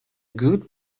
good